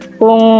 kung